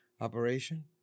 operation